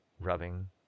rubbing